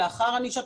לאחר ענישתו,